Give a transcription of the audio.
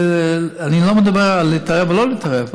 אני לא מדבר על להתערב או לא להתערב,